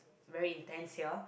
very intense here